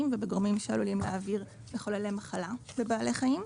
ובגורמים שעלולים להעביר מחוללי מחלה בבעלי חיים.